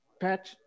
patch